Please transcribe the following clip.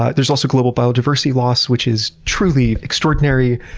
there's also global biodiversity loss, which is truly extraordinary.